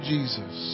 Jesus